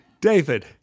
David